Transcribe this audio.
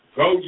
go